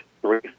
three